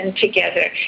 together